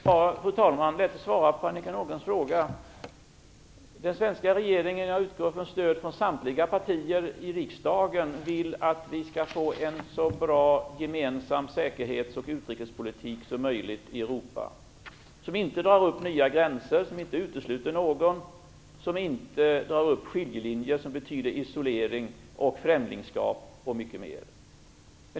Fru talman! Det är lätt att svara på Annika Nordgrens fråga. Den svenska regeringen, och jag utgår då från stöd från samtliga partier i riksdagen, vill att vi skall få en så bra gemensam säkerhets och utrikespolitik som möjligt i Europa som inte drar upp nya gränser, som inte utesluter någon och som inte drar upp skiljelinjer som betyder isolering, främlingskap och mycket mera.